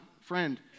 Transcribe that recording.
friend